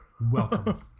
welcome